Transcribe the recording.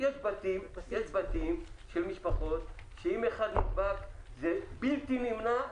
יש בתים של משפחות שאם אחד נדבק, בלתי נמנע,